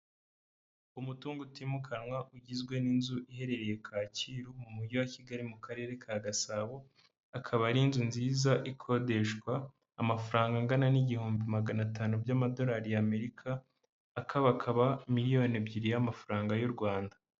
Umutungo utimukanwa ugizwe n'inzu iherereye Kacyiru mu mujyi wa Kigali mu karere ka Gasabo, akaba ari inzu nziza ikodeshwa amafaranga angana n'igihumbi magana atanu by'amadolari y'Amerika, akabakaba miliyoni ebyiri y'amafaranga y'u Rwanda.